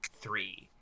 three